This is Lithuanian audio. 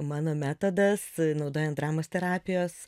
mano metodas naudojant dramos terapijos